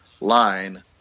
line